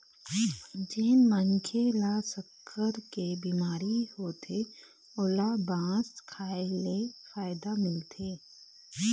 जेन मनखे ल सक्कर के बिमारी होथे ओला बांस खाए ले फायदा मिलथे